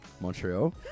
Montreal